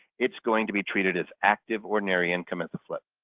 it's going to be treated as active ordinary income at the flip.